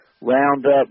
Roundup